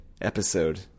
episode